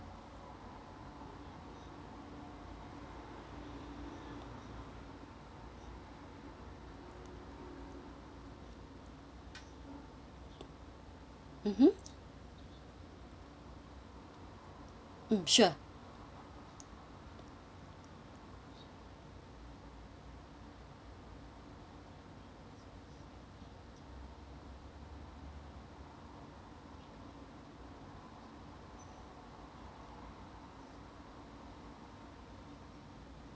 mmhmm mm sure